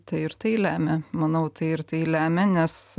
tai ir tai lemia manau tai ir tai lemia nes